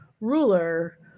ruler